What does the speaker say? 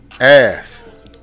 ass